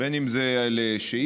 בין אם זה על שאילתות,